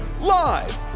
live